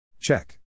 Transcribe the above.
Check